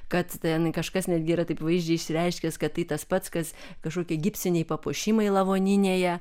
kad ten kažkas netgi yra taip vaizdžiai išsireiškęs kad tai tas pats kas kažkokie gipsiniai papuošimai lavoninėje